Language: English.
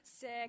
Sick